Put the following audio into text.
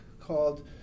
called